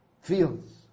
fields